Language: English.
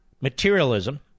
materialism